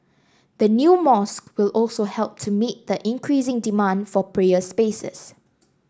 the new mosque will also help to meet the increasing demand for prayer spaces